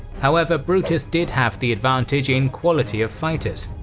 however, brutus did have the advantage in quality of fighters.